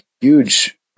huge